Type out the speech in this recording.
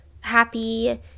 happy